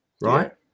right